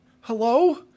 Hello